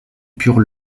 pure